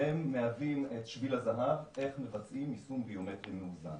והם מהווים את שביל הזהב איך מבצעים יישום ביומטרי מאוזן.